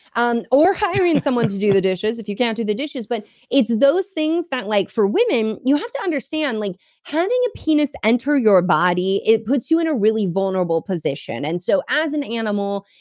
and or hiring someone to do the dishes, if you can't do the dishes. but it's those things that, like for women, you have to understand, like having a penis enter your body, it puts you in a really vulnerable position. and so, as an animal,